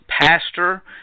pastor